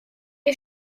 est